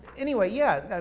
anyway, yeah, and